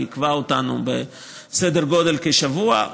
היא עיכבה אותנו בסדר גודל של כשבוע,